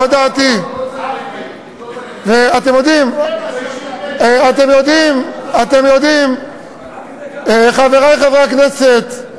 אתם יודעים, חברי חברי הכנסת,